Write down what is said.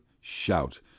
shout